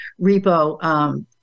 repo